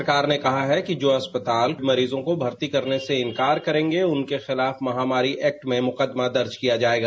सरकार ने कहा है जो अस्पताल मरीजों को भर्ती करने से इनकार करेंगे उनके खिलाफ महामारी एक्ट में मुकदमा दर्ज किया जाएगा